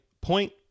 point